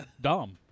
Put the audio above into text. dumb